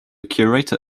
curator